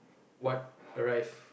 what arrive